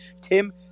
Tim